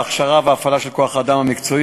ההכשרה וההפעלה של כוח-האדם המקצועי